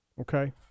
Okay